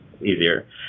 easier